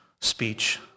speech